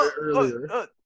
earlier